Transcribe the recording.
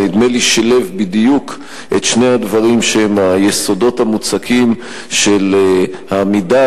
ונדמה לי ששילב בדיוק את שני הדברים שהם היסודות המוצקים של העמידה